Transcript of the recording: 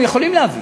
יכולים להביא,